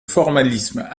formalisme